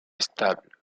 stable